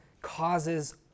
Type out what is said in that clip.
Causes